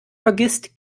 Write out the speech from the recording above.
vergisst